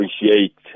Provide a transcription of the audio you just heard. appreciate